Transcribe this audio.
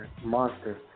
Monster